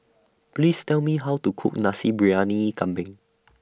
Please Tell Me How to Cook Nasi Briyani Kambing